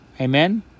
Amen